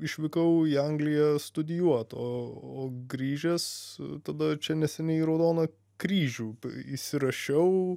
išvykau į angliją studijuot o grįžęs tada čia neseniai į raudoną kryžių įsirašiau